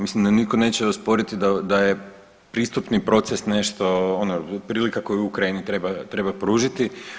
Mislim da nitko neće osporiti da je pristupni proces nešto ono prilika koju Ukrajini treba pružiti.